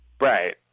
Right